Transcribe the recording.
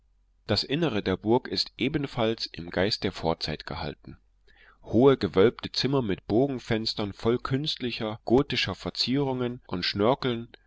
das innere der burg ist ebenfalls im geist der vorzeit gehalten hohe gewölbte zimmer mit bogenfenstern voll künstlicher gotischer verzierungen und schnörkeln